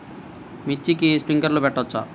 మిర్చికి స్ప్రింక్లర్లు పెట్టవచ్చా?